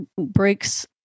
breaks